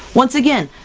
once again,